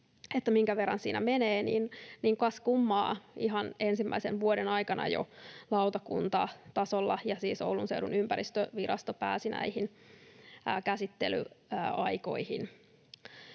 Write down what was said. että minkä verran siinä menee, niin kas kummaa, ihan ensimmäisen vuoden aikana jo lautakuntatasolla ja siis Oulun seudun ympäristövirasto pääsi näihin käsittelyaikoihin.